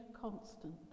constant